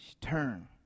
turn